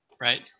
Right